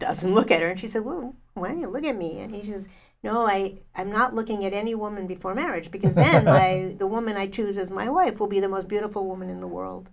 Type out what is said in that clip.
doesn't look at her and she said well when you look at me and he says no i am not looking at any woman before marriage because then the woman i choose as my wife will be the most beautiful woman in the world